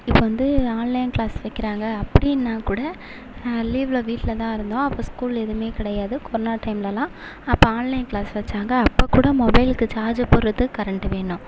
இப்போ வந்து online class வைக்கிறாங்க அப்படினா கூட லீவில் வீட்டில் தான் இருந்தோம் அப்போ ஸ்கூல் எதுவுமே கிடையாது கொரோனா டைம்லலாம் அப்போ ஆன்லைன் கிளாஸ் வச்சாங்க அப்போ கூட மொபைலுக்கு சார்ஜ் போடறதுக்கு கரெண்ட்டு வேணும்